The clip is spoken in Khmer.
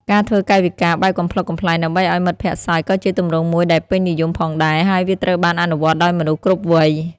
ការធ្វើកាយវិការបែបកំប្លុកកំប្លែងដើម្បីឱ្យមិត្តភក្តិសើចក៏ជាទម្រង់មួយដែលពេញនិយមផងដែរ ហើយវាត្រូវបានអនុវត្តដោយមនុស្សគ្រប់វ័យ។